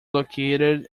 located